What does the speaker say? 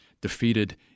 defeated